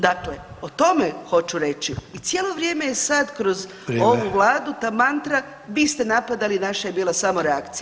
Dakle, o tome hoću reći i cijelo vrijeme je sad kroz ovu Vladu [[Upadica: Vrijeme.]] ta mantra, vi ste napadali naša je bila samo reakcija.